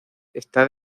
está